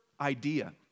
idea